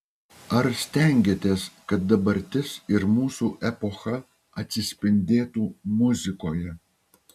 ar stengiatės kad dabartis ir mūsų epocha atsispindėtų muzikoje